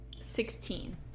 Sixteen